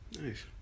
Nice